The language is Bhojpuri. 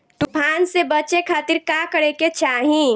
तूफान से बचे खातिर का करे के चाहीं?